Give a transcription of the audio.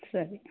ಸರಿ